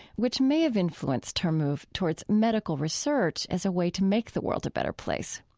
which may have influenced her move towards medical research as a way to make the world a better place.